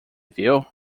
viu